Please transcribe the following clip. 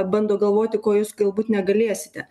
bando galvoti ko jūs galbūt negalėsite